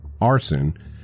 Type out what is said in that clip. arson